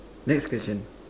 next question